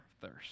thirst